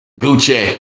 Gucci